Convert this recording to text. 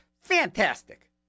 Fantastic